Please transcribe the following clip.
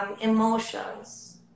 emotions